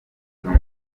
djuma